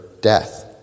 death